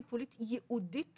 של קהילה טיפולית ייעודית